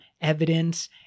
evidence